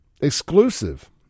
exclusive